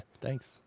Thanks